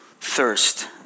thirst